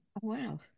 Wow